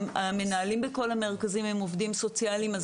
המנהלים בכל המרכזים הם עובדים סוציאליים אז